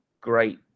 great